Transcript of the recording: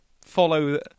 follow